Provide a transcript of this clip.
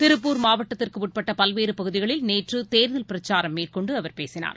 திருப்பூர் மாவட்டத்திற்குஉட்பட்டபல்வேறுபகுதிகளில் நேற்றுதேர்தல் பிரச்சாரம் மேற்கொண்டுஅவர் பேசினார்